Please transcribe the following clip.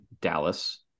Dallas